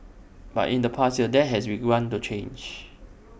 but in the past year that has begun to change